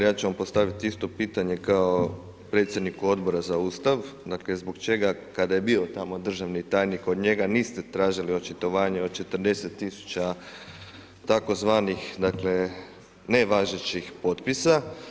Ja ću vam postaviti isto pitanje kao predsjednika Odbora za Ustav, dakle, zbog čega, kada je bio tamo državni tajnik od njega niste tražili očitovanje o 40 tisuća tzv. nevažećih potpisa?